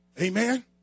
Amen